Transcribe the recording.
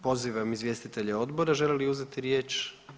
Pozivam izvjestitelje odbora žele li uzeti riječ?